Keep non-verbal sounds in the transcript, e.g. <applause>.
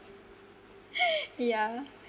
<laughs> yeah